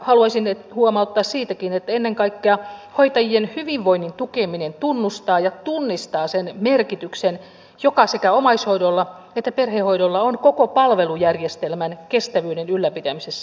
haluaisin huomauttaa siitäkin että ennen kaikkea hoitajien hyvinvoinnin tukeminen tunnustaa ja tunnistaa sen merkityksen joka sekä omaishoidolla että perhehoidolla on koko palvelujärjestelmän kestävyyden ylläpitämisessä